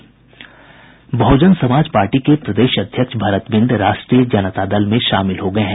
बहुजन Samaj party के प्रदेश अध्यक्ष भरत बिंद राष्ट्रीय जनता दल में शामिल हो गये हैं